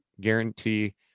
guarantee